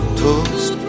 toast